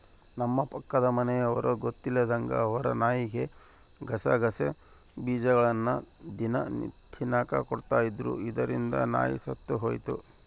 ನಮ್ಮ ಪಕ್ಕದ ಮನೆಯವರು ಗೊತ್ತಿಲ್ಲದಂಗ ಅವರ ನಾಯಿಗೆ ಗಸಗಸೆ ಬೀಜಗಳ್ನ ದಿನ ತಿನ್ನಕ ಕೊಡ್ತಿದ್ರು, ಇದರಿಂದ ನಾಯಿ ಸತ್ತೊಯಿತು